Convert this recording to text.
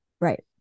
right